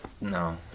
No